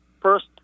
first